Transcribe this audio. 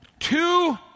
Two